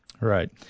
Right